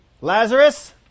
Lazarus